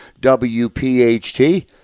WPHT